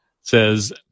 says